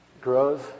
grows